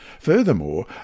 Furthermore